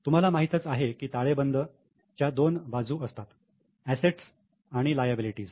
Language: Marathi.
तुम्हाला माहीतच आहे की ताळेबंद च्या दोन बाजू असतात अँसेट आणि लायबिलिटी